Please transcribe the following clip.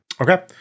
Okay